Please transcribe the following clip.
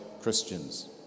Christians